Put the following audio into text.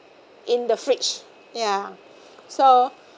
in the fridge ya so